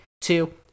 two